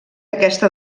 aquesta